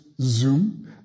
Zoom